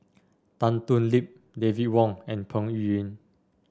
Tan Thoon Lip David Wong and Peng Yuyun